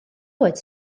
oed